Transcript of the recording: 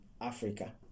Africa